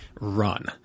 run